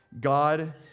God